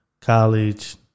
College